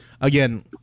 again